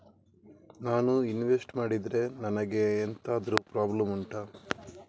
ನಾನು ಇನ್ವೆಸ್ಟ್ ಮಾಡಿದ್ರೆ ನನಗೆ ಎಂತಾದ್ರು ಪ್ರಾಬ್ಲಮ್ ಉಂಟಾ